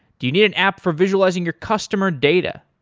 do you need an app for visualizing your customer data?